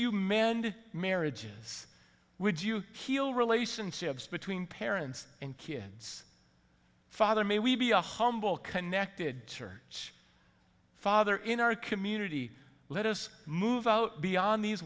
you mand marriages would you keel relationships between parents and kids father may we be a humble connected to her father in our community let us move beyond these